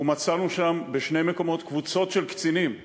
ומצאנו שם בשני מקומות קבוצות של קצינים שיושבות,